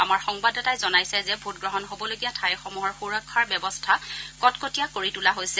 আমাৰ সংবাদদাতাই জনাইছে যে ভোটগ্ৰহণ হ'বলগীয়া ঠাইসমূহৰ সুৰক্ষাৰ ব্যৱস্থা কটকটীয়া কৰি তোলা হৈছে